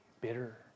bitter